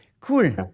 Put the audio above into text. Cool